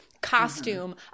costume